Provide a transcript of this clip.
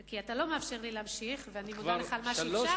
כי אתה לא מאפשר לי להמשיך ואני מודה לך על מה שאפשרת,